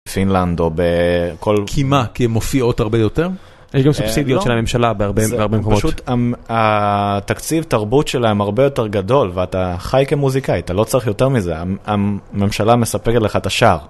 בפינלנד או בכל.. כי מה? כי הם מופיעות הרבה יותר? יש גם סובסידיות של הממשלה בהרבה מקומות. התקציב תרבות שלהם הרבה יותר גדול ואתה חי כמוזיקאי, אתה לא צריך יותר מזה, הממשלה מספקת לך את השאר.